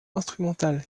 instrumentale